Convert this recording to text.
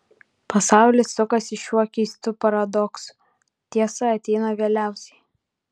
pasaulis sukasi šiuo keistu paradoksu tiesa ateina vėliausiai